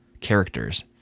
characters